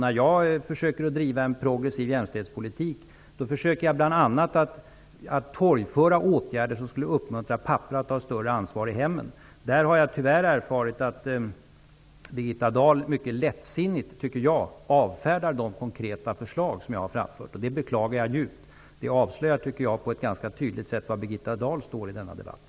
När jag försöker att driva en progressiv jämställdhetspolitik försöker jag bl.a. att torgföra åtgärder som skulle uppmuntra pappor att ta större ansvar i hemmen. Där har jag tyvärr erfarit att Birgitta Dahl mycket lättsinnigt avfärdar de konkreta förslag som jag har framfört. Det beklagar jag djupt. Jag tycker att det på ett ganska tydligt sätt avslöjar var Birgitta Dahl står i denna debatt.